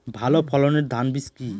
ভালো ফলনের ধান বীজ কি?